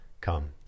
come